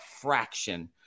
fraction